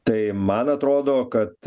tai man atrodo kad